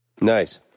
Nice